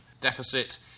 deficit